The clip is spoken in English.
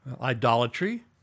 Idolatry